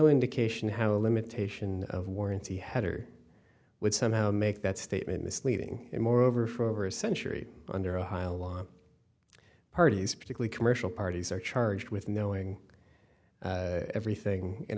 indication how a limitation of warranty header would somehow make that statement misleading and moreover for over a century under ohio law parties particularly commercial parties are charged with knowing everything in a